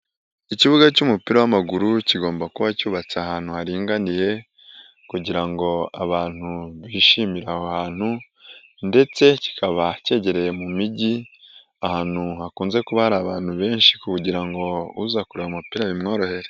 Ikibuga cy'umupira w'amaguru, kigomba kuba cyubatse ahantu haringaniye kugira ngo abantu bishimire aho hantu ndetse kikaba kegereye mu mijyi, ahantu hakunze kuba hari abantu benshi kugira ngo uza kureba umupira bimworohere.